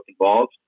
involved